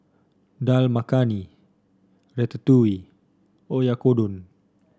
Dal Makhani Ratatouille Oyakodon